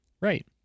Right